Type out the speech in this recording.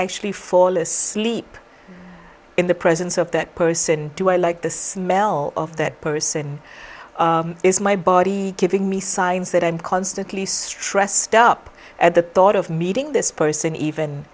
actually fall asleep in the presence of that person do i like this mel of that person is my body giving me signs that i'm constantly stressed up at the thought of meeting this person even